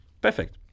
Perfekt